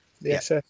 Yes